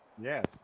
Yes